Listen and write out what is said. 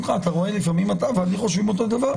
אתה רואה, לפעמים אתה ואני חושבים אותו הדבר.